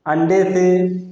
अंडे से